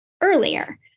earlier